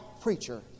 preacher